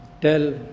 tell